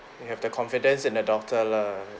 you have the confidence in the doctor lah